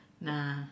Nah